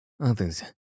others